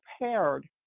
prepared